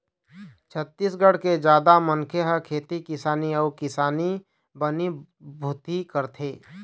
छत्तीसगढ़ के जादा मनखे ह खेती किसानी अउ किसानी बनी भूथी करथे